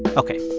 but ok.